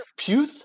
Puth